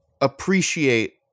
appreciate